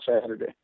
Saturday